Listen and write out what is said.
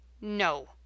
NO